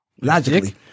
logically